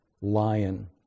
lion